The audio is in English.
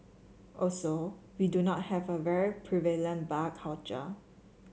also we do not have a very prevalent bar culture